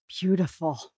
Beautiful